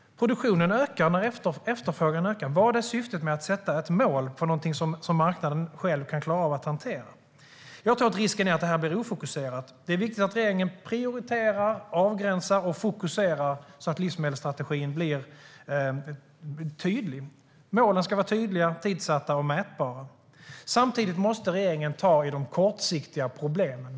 Produktionen ökar när efterfrågan ökar. Vad är syftet med att sätta ett mål för någonting som marknaden själv kan klara av att hantera? Jag tror att risken är att det här blir ofokuserat. Det är viktigt att regeringen prioriterar, avgränsar och fokuserar så att livsmedelsstrategin blir tydlig. Målen ska vara tydliga, tidssatta och mätbara. Samtidigt måste regeringen ta tag i de kortsiktiga problemen.